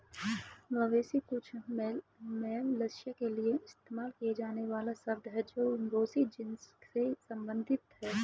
मवेशी कुछ मैमल्स के लिए इस्तेमाल किया जाने वाला शब्द है जो बोसो जीनस से संबंधित हैं